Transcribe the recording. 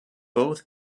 both